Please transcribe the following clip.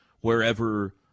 wherever